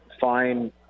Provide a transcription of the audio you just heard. Fine